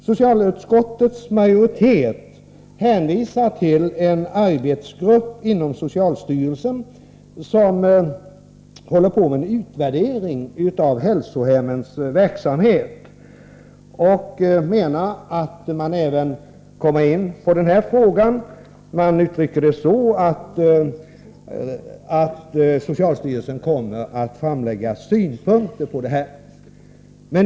Socialutskottets majoritet hänvisar till en arbetsgrupp inom socialstyrel sen, som håller på med en utvärdering av hälsohemmens verksamhet, och menar att arbetsgruppen kommer in även på denna fråga. Utskottet framhåller att socialstyrelsen kommer att framlägga synpunkter på dessa metoder.